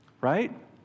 right